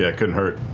yeah couldn't hurt.